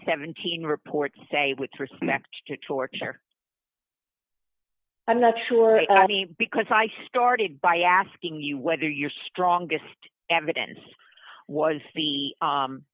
seventeen report say with respect to torture i'm not sure because i started by asking you whether your strongest evidence was the